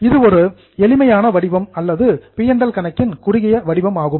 இது ஒரு simple format எளிமையான வடிவம் அல்லது பி மற்றும் ல் கணக்கின் குறுகிய வடிவம் ஆகும்